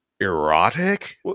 erotic